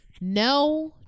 no